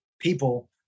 people